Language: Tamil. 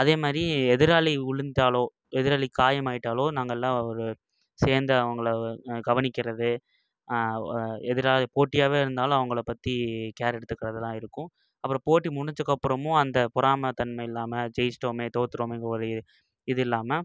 அதே மாதிரி எதிராளி விழுந்துட்டாலோ எதிராளி காயமாகிட்டாலோ நாங்கெல்லாம் ஒரு சேர்ந்து அவங்கள கவனிக்கிறது எதிரான போட்டியாகவே இருந்தாலும் அவங்கள பற்றி கேர் எடுத்துக்கிறதுலாம் இருக்கும் அப்பறம் போட்டி முடிஞ்சதுக்கப்பறமும் அந்த பொறாமை தன்மை இல்லாமல் ஜெயிச்சிட்டோம் தோத்துட்டோமேங்கற ஒரு இது இல்லாமல்